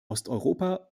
osteuropa